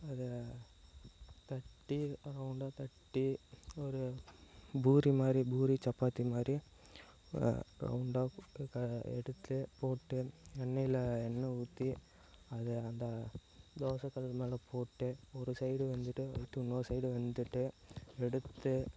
அதை தட்டி ரௌண்டாக தட்டி ஒரு பூரி மாதிரி பூரி சப்பாத்தி மாதிரி ரௌண்டாக போட்டு க எடுத்து போட்டு எண்ணெயில் எண்ணெய் ஊற்றி அது அந்த தோசை கல் மேலே போட்டு ஒரு சைடு வெந்துவிட்டு அடுத்து இன்னோரு சைடு வெந்துவிட்டு எடுத்து